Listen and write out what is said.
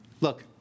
Look